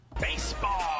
Baseball